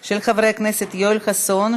של חברי הכנסת יואל חסון,